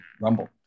Rumble